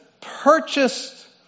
purchased